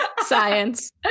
Science